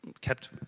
kept